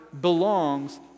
belongs